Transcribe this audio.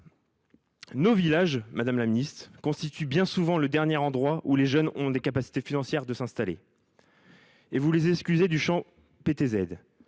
Nos villages constituent bien souvent les derniers endroits où les jeunes ont les capacités financières de s’installer. Or vous les excluez du champ du